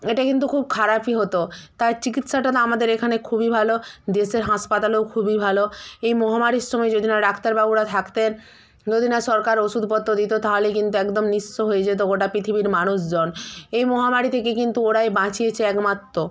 এটা কিন্তু খুব খারাপই হতো তাই চিকিৎসাটা তো আমাদের এখানে খুবই ভালো দেশের হাসপাতালেও খুবই ভালো এই মহামারীর সময় যদি না ডাক্তারবাবুরা থাকতেন যদি না সরকার ওষুধপত্র দিত তাহলে কিন্তু একদম নিঃস্ব হয়ে যেত গোটা পিথিবীর মানুষজন এই মহামারী থেকে কিন্তু ওরাই বাঁচিয়েছে একমাত্র